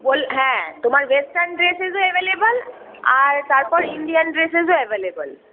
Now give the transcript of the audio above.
whole হ্যাঁ তোমার western ড্রেসেসও অ্যাভেলেবেল আর তারপর ইন্ডিয়ান ড্রেসেসও অ্যাভেলেবেল